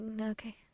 okay